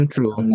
True